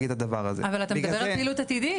אתה מדבר על פעילות עתידית,